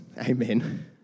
amen